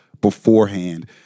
beforehand